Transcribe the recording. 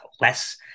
less